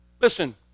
Listen